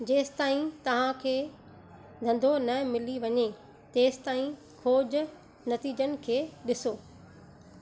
जेसीं ताईं तव्हांखे धंधो न मिली वञे तेसीं ताईं खोज नतीजनि खे ॾिसो